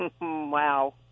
Wow